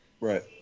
Right